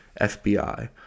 FBI